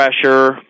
pressure